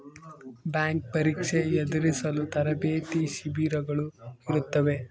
bank ಪರೀಕ್ಷೆ ಎದುರಿಸಲು ತರಬೇತಿ ಶಿಬಿರಗಳು ಇರುತ್ತವೆ